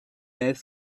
made